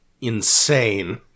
insane